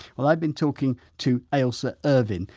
well, i've been talking to ailsa irvine,